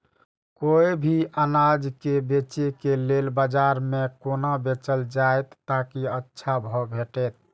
कोय भी अनाज के बेचै के लेल बाजार में कोना बेचल जाएत ताकि अच्छा भाव भेटत?